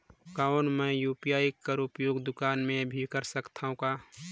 कौन मै यू.पी.आई कर उपयोग दुकान मे भी कर सकथव का?